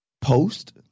post